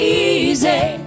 easy